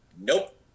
nope